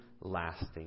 lasting